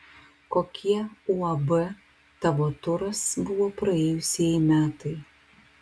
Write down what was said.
kokie uab tavo turas buvo praėjusieji metai